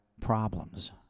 problems